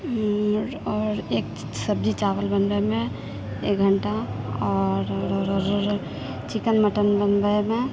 आओर एक सब्जी चावल बनबैमे एक घण्टा आओर चिकन मटन बनबैमे